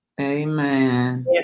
Amen